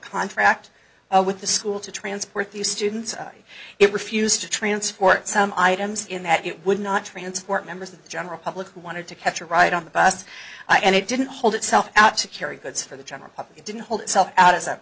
contract with the school to transport the students it refused to transport some items in that it would not transport members of the general public who wanted to catch a ride on the bus and it didn't hold itself out to carry goods for the general public it didn't hold itself out as a